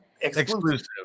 exclusive